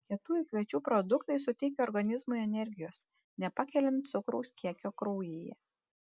kietųjų kviečių produktai suteikia organizmui energijos nepakeliant cukraus kiekio kraujyje